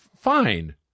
fine